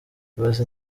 ibaze